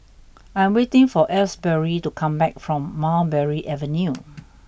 I am waiting for Asbury to come back from Mulberry Avenue